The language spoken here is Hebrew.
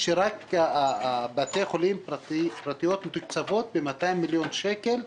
שרק בתי-החולים הפרטיים מתוקצבים ב-200 מיליון שקל,